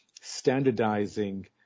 standardizing